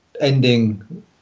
ending